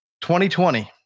2020